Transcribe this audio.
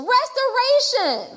restoration